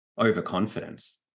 overconfidence